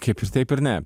kaip ir taip ir ne